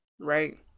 Right